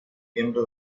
miembro